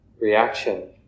reaction